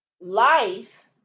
Life